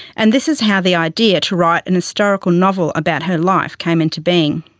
and this is how the idea to write an historical novel about her life came into being.